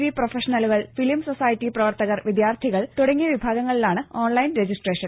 V പ്രൊഫഷനുകൾ film society പ്രവർത്തകർ വിദ്യാർത്ഥികൾ തുടങ്ങിയ വിഭാഗങ്ങളിലാണ് ഓൺലൈൻ രജിസ്ട്രേഷൻ